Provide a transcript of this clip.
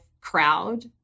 crowd